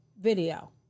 video